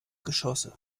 geschosse